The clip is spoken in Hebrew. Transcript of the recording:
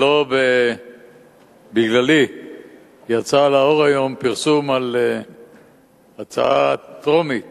שלא בגללי יצא לאור היום פרסום על הצעה טרומית